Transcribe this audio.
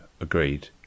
agreed